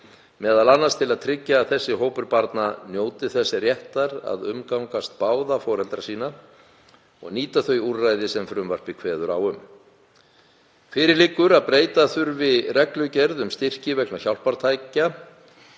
fyrst, m.a. til að tryggja að þessi hópur barna njóti þess réttar að umgangast báða foreldra sína og nýta þau úrræði sem frumvarpið kveður á um. Fyrir liggur að breyta þurfi reglugerð um styrki vegna hjálpartækja